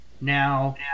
Now